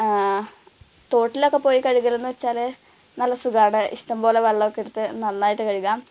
തോട്ടിലൊക്കെ പോയി കഴുകൽ എന്നുവെച്ചാൽ സുഖമാണ് ഇഷ്ടം പോലെ വെളളം ഒക്കെ എടുത്ത് നന്നായിട്ട് കഴുകാം